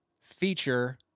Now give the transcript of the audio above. feature